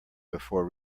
before